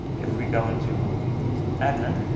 if we go into admin,